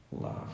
love